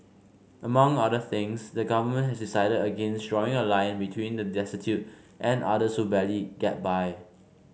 among other things the government has decided against drawing a line between the destitute and others who barely get by